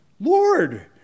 Lord